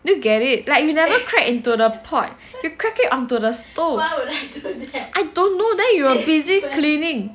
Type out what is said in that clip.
do you get it like you never cracked into the pot you crack it onto the stove I don't know then you were busy cleaning